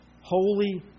holy